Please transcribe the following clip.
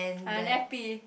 unhappy